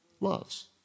loves